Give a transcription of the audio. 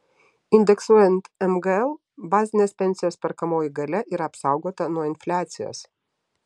indeksuojant mgl bazinės pensijos perkamoji galia yra apsaugota nuo infliacijos